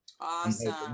Awesome